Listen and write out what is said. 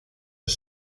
los